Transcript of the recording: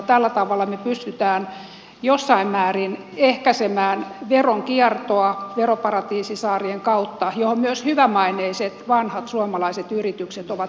tällä tavalla me pystymme jossain määrin ehkäisemään veronkiertoa veroparatiisisaarien kautta johon myös hyvämaineiset vanhat suomalaiset yritykset ovat sortuneet